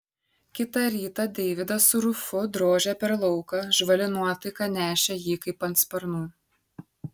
kitą rytą deividas su rufu drožė per lauką žvali nuotaika nešė jį kaip ant sparnų